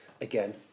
Again